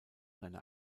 seine